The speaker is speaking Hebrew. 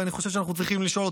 ואני חושב שאנחנו צריכים לשאול,